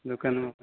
ଦୋକାନ